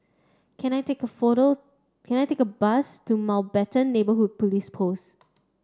can I take a photo can I take a bus to Mountbatten Neighbourhood Police Post